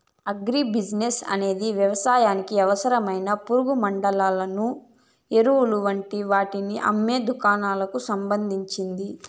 agri business అనేది వ్యవసాయానికి అవసరమైన పురుగుమండులను, ఎరువులు వంటి వాటిని అమ్మే దుకాణాలకు సంబంధించింది